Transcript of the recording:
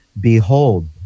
Behold